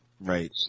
Right